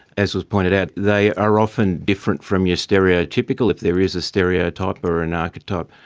as was pointed out, they are often different from your stereotypical, if there is a stereotype or an archetype,